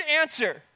answer